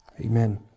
amen